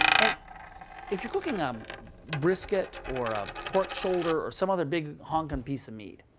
and if you're cooking um brisket or a pork shoulder or some other big honking piece of meat,